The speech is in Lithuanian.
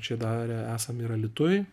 čia darę esam ir alytuj